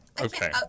Okay